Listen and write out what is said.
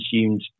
consumed